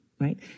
right